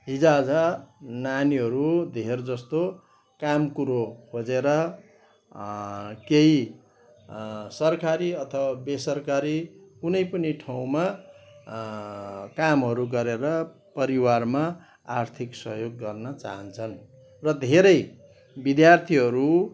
हिजोआज नानीहरू धेर जस्तो काम कुरो खोजेर केही सरकारी अथवा बेसरकारी कुनै पनि ठाँउमा कामहरू गरेर परिवारमा आर्थिक सहयोग गर्न चाहन्छन् र धेरै विद्यार्थीहरू